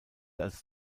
als